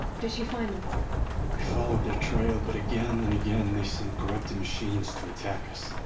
did she find them? we followed their trail, but again and again they sent corrupted machines to attack us.